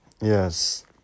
yes